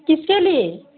किसके लिये